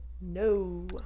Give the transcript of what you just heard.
No